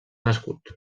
nascut